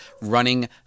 running